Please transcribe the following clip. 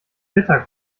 mittag